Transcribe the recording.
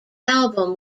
album